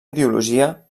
ideologia